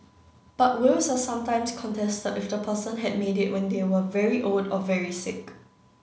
but wills are sometimes contested if the person had made it when they were very old or very sick